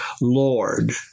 Lord